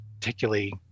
particularly